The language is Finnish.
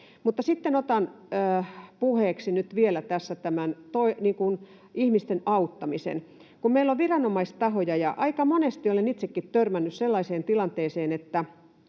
Sitten otan puheeksi tässä nyt vielä tämän ihmisten auttamisen: Meillä on viranomaistahoja, ja aika monesti olen itsekin törmännyt sellaiseen tilanteeseen, että